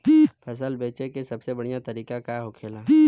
फसल बेचे का सबसे बढ़ियां तरीका का होखेला?